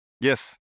Yes